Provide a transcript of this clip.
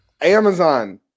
Amazon